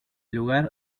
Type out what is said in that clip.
lugar